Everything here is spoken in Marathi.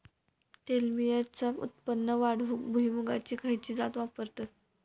तेलबियांचा उत्पन्न वाढवूक भुईमूगाची खयची जात वापरतत?